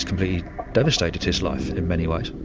completely devastated his life in many ways,